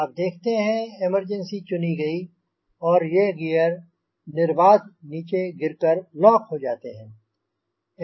आप देखते हैं इमर्जन्सी चुनी गयी है और ये गियर निर्बाध नीचे गिर कर लॉक हो जाते हैं